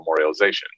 memorialization